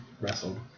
wrestled